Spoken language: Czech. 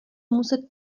muset